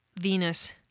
Venus